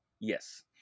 yes